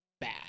bad